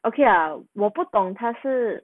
okay lah 我不懂他是